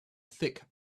thick